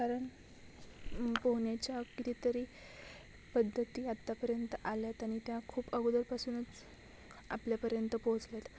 कारण पोहण्याच्या कितीतरी पद्धती आत्तापर्यंत आल्या आहेत आणि त्या खूप अगोदरपासूनच आपल्यापर्यंत पोहोचल्या आहेत